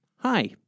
Hi